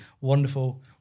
wonderful